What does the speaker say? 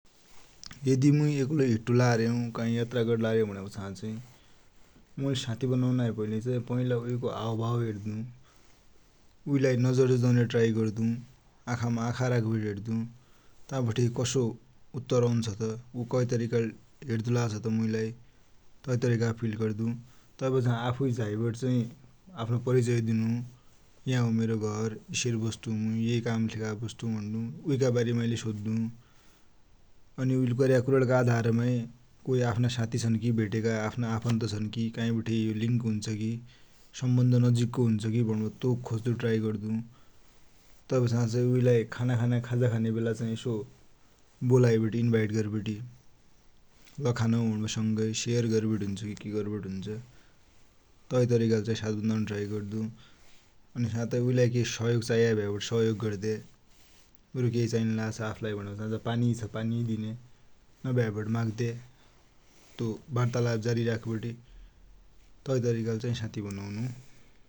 यदि मुइ एक्लोई हिट्टार्यौ काही यात्रा गर्द्दर्यु भुण्यापाछा चाही, मुइ साथि बनुनाहै पैल्ली उइका हावभाव हेद्दु, उइलाइ नजर जुधुन्या ट्राइ गर्द्दु, आँखामा आँखा राखिबटि हेर्द्दु, ता बठे कसो उत्तर औंछ त, कै तरिकाले हेद्दुलाछा मुइलाइ, तै तरिकाको फील गद्दु, तै पछा चाहिँ आफ़ुइ झाइबटि आफ्नो परिचय दिनु, या हो मेरो घर, इसेरी बस्सु, ये कामकि लेखा बस्दु भुण्णु, उइका बारेमा लै सोद्धु, अनि गर्याका कुरडिका आधारमा कोइ आफ्ना साथि छन् कि भेटेका, कोइ आफन्त छन् कि, काइबठे यो लिंक हुन्छ कि, सम्बन्ध नजिकको हुन्छ कि भुणिबटि तो खोज्जु ट्राई गद्दु, तै पाछा चाहिँ उइलाइ खाना खान्या, खाजा खन्या बेला चाही इसो बोलाइबटि इन्भाइट गरिबटि, ल खानु संगै भुणिबटि, सेयर गरिबटि हुन्छ कि कि हुन्छ, तै तरिकाले चाही साथी बनुन ट्राइ गद्दु, अनि साथै उइलाइ केहि सहयोग चाहिया भ्याबटि सहयोग गर्द्या, उइलेम केइ चाहिंन्लाछ आफुलाई भुण्यापाछा पानी दिन्या, नभया माग्द्या, तो वार्तालाप जारी रखिबटि तै तरिकाले चाहि साथि बनुनु।